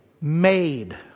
made